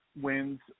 wins